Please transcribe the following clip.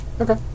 Okay